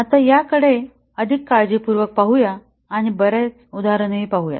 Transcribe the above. आता याकडे अधिक काळजीपूर्वक पाहूया आणि बर्याच उदाहरणेही पाहू